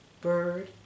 bird